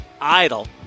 idle